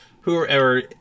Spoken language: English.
whoever